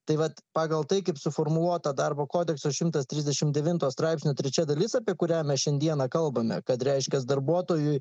tai vat pagal tai kaip suformuluota darbo kodekso šimtas trisdešimt devinto straipsnio trečia dalis apie kurią mes šiandieną kalbame kad reiškias darbuotojui